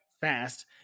fast